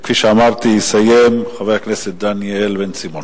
כפי שאמרתי, יסיים חבר הכנסת דניאל בן-סימון.